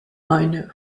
meine